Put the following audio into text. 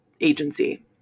agency